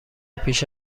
پیش